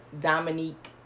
Dominique